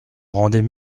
rendait